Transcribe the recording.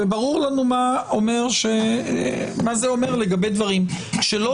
וברור לנו מה זה אומר לגבי דברים שלא